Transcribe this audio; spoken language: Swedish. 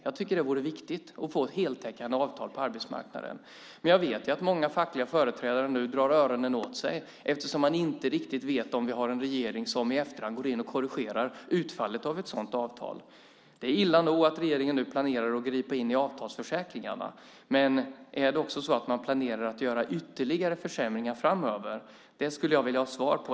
Jag tycker att det vore viktigt att få heltäckande avtal på arbetsmarknaden. Jag vet dock att många fackliga företrädare nu drar öronen åt sig eftersom de inte riktigt vet om vi har en regering som i efterhand går in och korrigerar utfallet av sådana avtal. Det är illa nog att regeringen planerar att gripa in i avtalsförsäkringarna, men frågan är om man även planerar att göra ytterligare försämringar framöver. Det skulle jag vilja ha svar på.